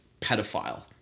pedophile